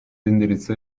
indirizzo